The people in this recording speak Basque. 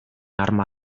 arma